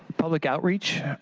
public outreach,